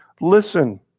listen